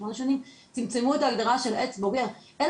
שמונה שנים,